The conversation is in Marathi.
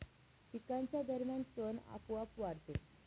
पिकांच्या दरम्यान तण आपोआप वाढते